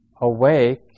awake